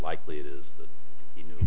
likely it is that you know